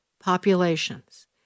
populations